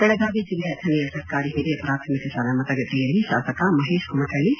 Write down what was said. ಬೆಳಗಾವಿ ಜಿಲ್ಲೆ ಅಥಣಿಯ ಸರ್ಕಾರಿ ಹಿರಿಯ ಪ್ರಾಥಮಿಕ ಶಾಲೆ ಮತಗಟ್ಟೆಯಲ್ಲಿ ಶಾಸಕ ಮಹೇಶ್ ಕುಮಠಳ್ಳಿ